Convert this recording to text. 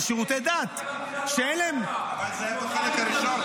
לשירותי דת --- אבל זה החלק הראשון.